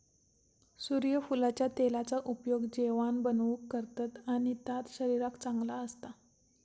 सुर्यफुलाच्या तेलाचा उपयोग जेवाण बनवूक करतत आणि ता शरीराक चांगला असता